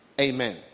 Amen